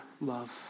love